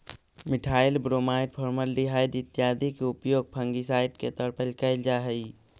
methyl bromide, formaldehyde इत्यादि के उपयोग फंगिसाइड के तौर पर कैल जा हई